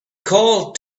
called